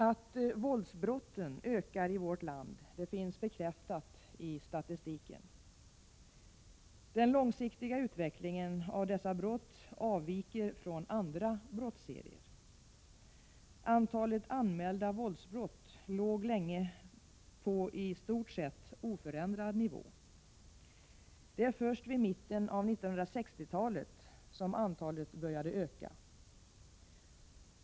Att våldsbrotten ökar i vårt land finns bekräftat i statistiken. Den långsiktiga utvecklingen av dessa brott avviker från andra brottsserier. Antalet anmälda våldsbrott låg länge på i stort sett oförändrad nivå. Det är först vid mitten av 1960-talet som antalet började öka.